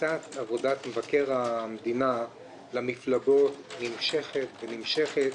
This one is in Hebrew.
עבודת מבקר המדינה למפלגות נמשכת ונמשכת,